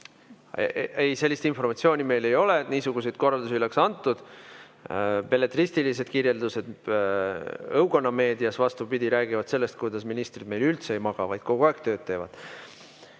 Ei, sellist informatsiooni meil ei ole, et niisuguseid korraldusi oleks antud. Belletristilised kirjeldused õukonnameedias, vastupidi, räägivad sellest, kuidas ministrid meil üldse ei maga, vaid kogu aeg tööd teevad. Ma